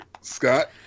Scott